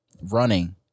running